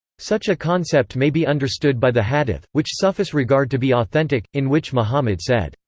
such a concept may be understood by the hadith, which sufis regard to be authentic, in which muhammad said,